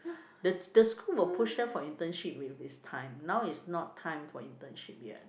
the the school will push them for internship when it's time now it's not time for internship yet